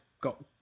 got